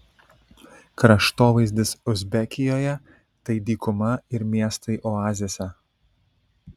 kraštovaizdis uzbekijoje tai dykuma ir miestai oazėse